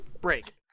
break